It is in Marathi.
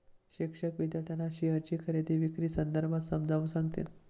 शिक्षक विद्यार्थ्यांना शेअरची खरेदी विक्री संदर्भात समजावून सांगतील